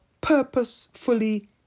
purposefully